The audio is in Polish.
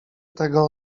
tego